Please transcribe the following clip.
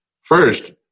first